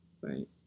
Right